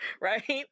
right